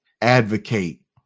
advocate